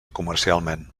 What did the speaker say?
comercialment